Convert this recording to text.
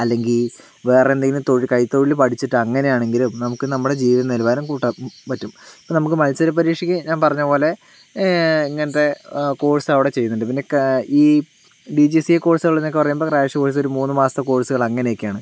അല്ലെങ്കിൽ വേറെ എന്തെങ്കിലും കൈത്തൊഴിൽ പഠിച്ചിട്ട് അങ്ങനെയാണെങ്കിലും നമുക്ക് നമ്മുടെ ജീവിതനിലവാരം കൂട്ടാൻ പറ്റും ഇപ്പോൾ നമുക്ക് മത്സര പരീക്ഷക്ക് ഞാൻ പറഞ്ഞപോലെ ഇങ്ങനത്തെ കോഴ്സ് അവിടെ ചെയ്യുന്നുണ്ട് പിന്നെ ഈ ഡി ജി സി എ കോഴ്സുകളെന്നൊക്കെ പറയുമ്പോൾ ക്രാഷ് കോഴ്സ് ഒരു മൂന്നു മാസത്തെ കോഴ്സുകള് അങ്ങനെയൊക്കെയാണ്